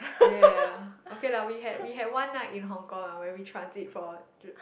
ya ya ya okay lah we had we had one night in hong-kong ah when we transit for